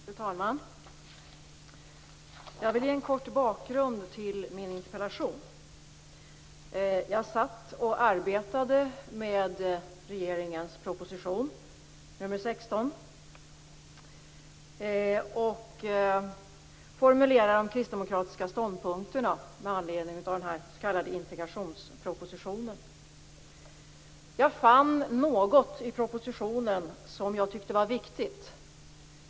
Fru talman! Jag vill ge en kort bakgrund till min interpellation. Jag satt och arbetade med regeringens proposition nr 16 och formulerade de kristdemokratiska ståndpunkterna med anledning av den här s.k. integrationspropositionen. Jag fann något i propositionen som jag tyckte var viktigt.